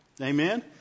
Amen